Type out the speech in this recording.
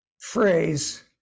phrase